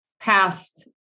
past